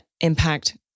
impact